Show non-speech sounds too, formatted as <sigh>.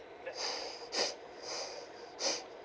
<breath>